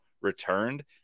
returned